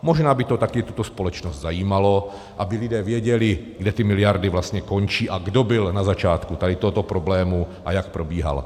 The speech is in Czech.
Možná by to taky tuto společnost zajímalo, aby lidé věděli, kde ty miliardy vlastně končí a kdo byl na začátku tohoto problému a jak probíhal.